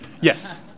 yes